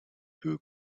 who